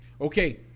Okay